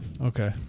Okay